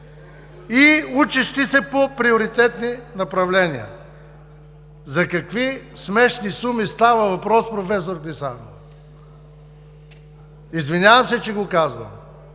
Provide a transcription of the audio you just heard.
и учещи се по приоритетни направления. За какви смешни суми става въпрос, професор Клисарова? Извинявам се, че го казвам,